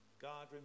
God